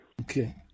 Okay